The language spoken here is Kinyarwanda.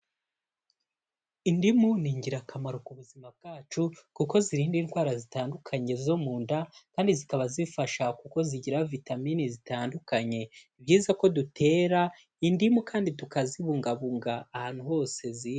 Indimu ni ingirakamaro ku buzima bwacu kuko zirinda indwara zitandukanye zo mu nda kandi zikaba zifasha kuko zigira vitamini zitandukanye. Ni byiza ko dutera indimu kandi tukazibungabunga ahantu hose ziri.